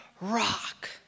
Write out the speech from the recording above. rock